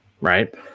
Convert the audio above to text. Right